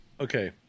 Okay